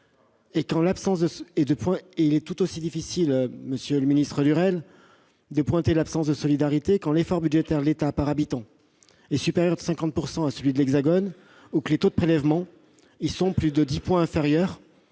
! Il est tout aussi difficile, monsieur Lurel, de pointer l'absence de solidarité quand l'effort budgétaire de l'État par habitant est supérieur de 50 % à celui de l'Hexagone ou quand les taux de prélèvement y sont plus de 10 points inférieurs,